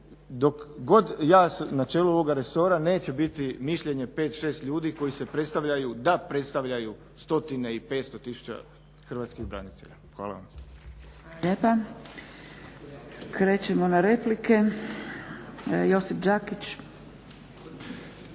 dok god sam ja na čelu ovoga resora neće biti mišljenje pet, šest ljudi koji se predstavljaju da predstavljaju stotine i 500 tisuća hrvatskih branitelja. Hvala.